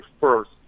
first